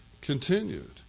continued